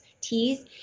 teas